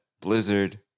Blizzard